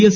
S